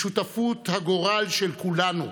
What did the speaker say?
בשותפות הגורל של כולנו,